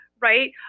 right